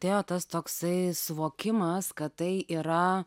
atėjo tas toksai suvokimas kad tai yra